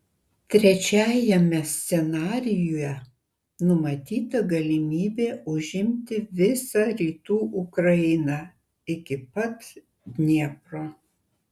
trečiajame scenarijuje numatyta galimybė užimti visą rytų ukrainą iki pat dniepro